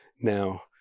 Now